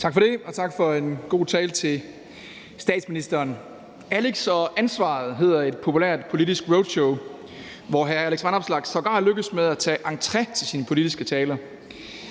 Tak for det, og tak til statsministeren for en god tale. »Alex & Ansvaret« hedder et populært politisk roadshow, hvor hr. Alex Vanopslagh sågar lykkes med at tage entré til sine politiske taler.